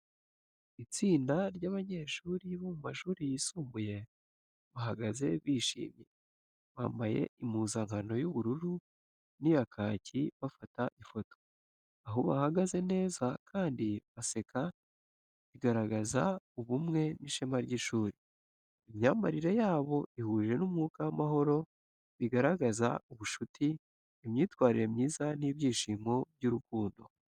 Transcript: Itsinda ry’abanyeshuri bo mu mashuri yisumbuye bahagaze bishimye, bambaye impuzankano y’ubururu n’iya kaki bafata ifoto. Uko bahagaze neza kandi baseka bigaragaza ubumwe n’ishema ry’ishuri. Imyambarire yabo ihuje n’umwuka w’amahoro bigaragaza ubucuti, imyitwarire myiza n’ibyishimo by’urubyiruko.